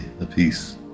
apiece